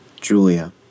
Julia